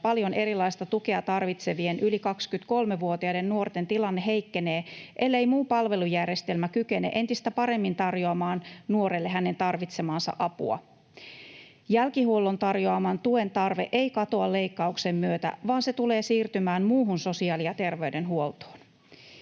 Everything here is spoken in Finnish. paljon erilaista tukea tarvitsevien yli 23-vuotiaiden nuorten tilanne heikkenee, ellei muu palvelujärjestelmä kykene entistä paremmin tarjoamaan nuorelle hänen tarvitsemaansa apua. Jälkihuollon tarjoaman tuen tarve ei katoa leikkauksen myötä, vaan se tulee siirtymään muuhun sosiaali- ja terveydenhuoltoon.